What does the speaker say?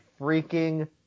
freaking